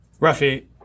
Rafi